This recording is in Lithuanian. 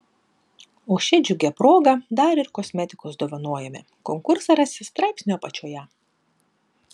o šia džiugia proga dar ir kosmetikos dovanojame konkursą rasi straipsnio apačioje